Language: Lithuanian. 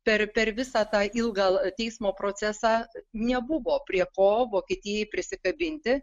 per per visą tą ilgą teismo procesą nebuvo prie ko vokietijai prisikabinti